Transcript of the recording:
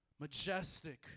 majestic